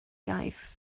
iaith